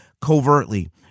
covertly